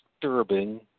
disturbing